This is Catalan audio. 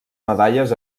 medalles